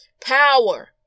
power